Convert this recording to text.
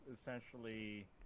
essentially